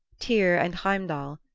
tyr and heimdall,